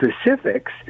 specifics